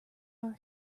are